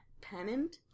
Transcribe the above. Pennant